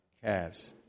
calves